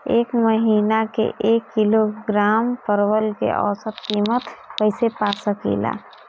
एक महिना के एक किलोग्राम परवल के औसत किमत कइसे पा सकिला?